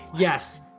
Yes